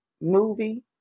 movie